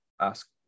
ask